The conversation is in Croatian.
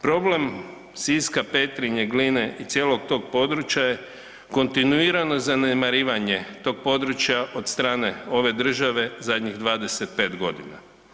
Problem Siska, Petrinje, Gline i cijelog tog područja je kontinuirano zanemarivanje tog područja od strane ove države zadnjih 25 godina.